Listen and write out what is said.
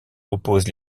oppose